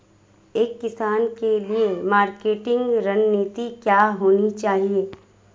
एक किसान के लिए मार्केटिंग रणनीति क्या होनी चाहिए?